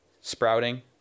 sprouting